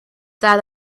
that